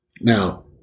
Now